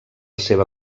seva